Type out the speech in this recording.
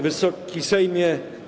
Wysoki Sejmie!